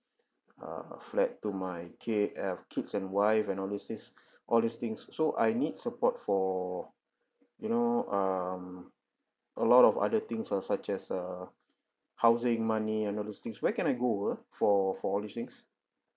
err flat to my ki~ uh kids and wife and all these things all these things so I need support for you know um a lot of other things uh such as err housing money and all these things where can I go ah for for all these things